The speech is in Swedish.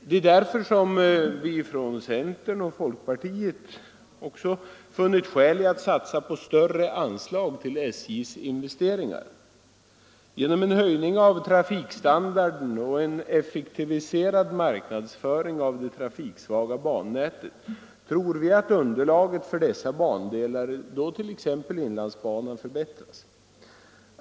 Det är därför som vi från centern och folkpartiet också funnit skäl att satsa på större anslag till SJ:s investeringar. Genom en höjning av trafikstandarden och en effektiviserad marknadsföring av det trafiksvaga bannätet tror vi att underlaget för dessa bandelar, t.ex. inlandsbanan, förbättras.